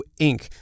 Inc